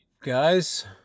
guys